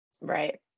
Right